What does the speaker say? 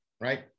right